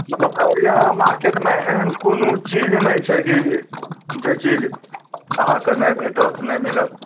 मतलब अररिया मार्केटमे एहन कोनो चीज नहि छै कि जे चीज अहाँके नहि भेटत नहि मिलत